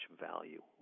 value